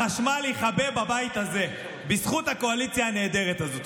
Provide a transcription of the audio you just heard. החשמל יכבה בבית הזה בזכות הקואליציה הנהדרת הזו.